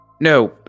No